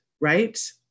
right